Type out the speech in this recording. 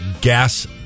gas